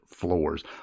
Floors